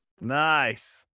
Nice